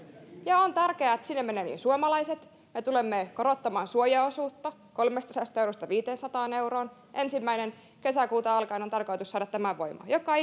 ja on tärkeää että sinne menevät myös suomalaiset me tulemme korottamaan suojaosuutta kolmestasadasta eurosta viiteensataan euroon ensimmäinen kesäkuuta alkaen on tarkoitus saada tämä voimaan joka